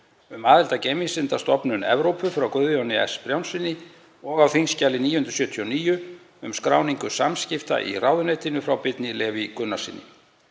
um aðild að Geimvísindastofnun Evrópu, frá Guðjóni S. Brjánssyni, og á þskj. 979, um skráningu samskipta í ráðuneytinu, frá Birni Leví Gunnarssyni.